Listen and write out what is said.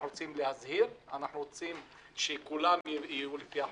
אנחנו רוצים להזהיר ושכולם יהיו לפי החוק,